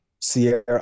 Sierra